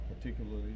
particularly